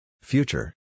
Future